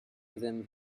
within